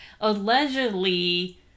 allegedly